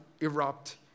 erupt